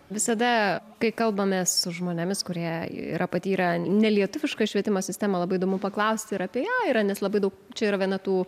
visada kai kalbamės su žmonėmis kurie yra patyrę nelietuvišką švietimo sistemą labai įdomu paklausti ir apie ją yra nes labai daug čia yra viena tų